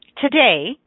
today